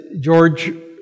George